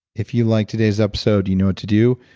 if you liked today's episode, you know what to do.